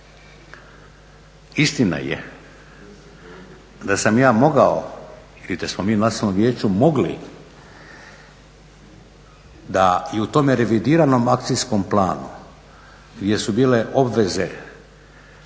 Istina je, da sam ja mogao ili da smo mi u Nacionalnom vijeću mogli da i u tome revidiranom akcijskom planu, gdje su bile obveze